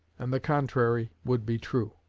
and the contrary would be true.